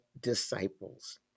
disciples